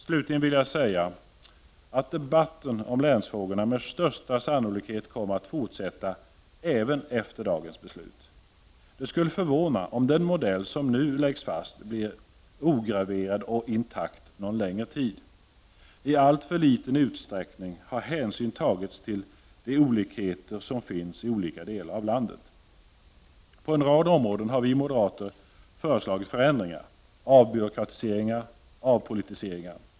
Slutligen vill jag säga att debatten om länsfrågorna med största sannolikhet kommer att fortsätta även efter dagens beslut. Det skulle förvåna om den modell som nu läggs fast förblir ograverad och intakt någon längre tid. I alltför liten utsträckning har hänsyn tagits till de olikheter som finns i olika delar av landet. På en rad områden har vi moderater föreslagit förändringar, avbyråkratiseringar och avpolitiseringar.